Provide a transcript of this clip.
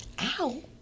Ow